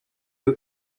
you